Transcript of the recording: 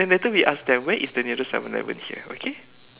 then later we ask them where is the nearest seven eleven here okay